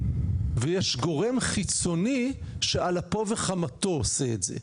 ויש גורם חיצוני שעל אפו וחמתו עושה את זה,